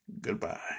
Goodbye